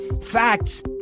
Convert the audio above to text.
facts